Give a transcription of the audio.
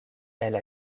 elle